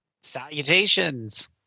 salutations